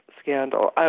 scandal